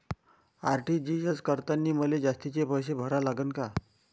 RTGS करतांनी मले जास्तीचे पैसे भरा लागन का?